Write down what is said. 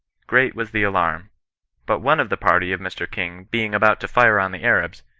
great was the alarm but one of the party of mr king being about to fire on the arabs,